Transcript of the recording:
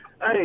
Hey